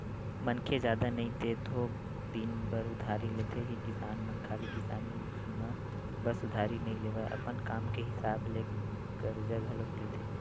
मनखे जादा नई ते थोक दिन बर उधारी लेथे ही किसान मन खाली किसानी म बस उधारी नइ लेवय, अपन काम के हिसाब ले करजा घलोक लेथे